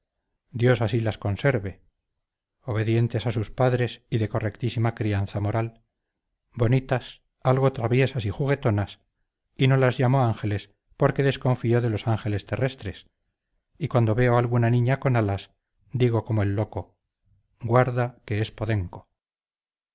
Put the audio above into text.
dios así las conserve obedientes a sus padres y de correctísima crianza moral bonitas algo traviesas y juguetonas y no las llamo ángeles porque desconfío de los ángeles terrestres y cuando veo alguna niña con alas digo como el loco guarda que es podenco